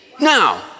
Now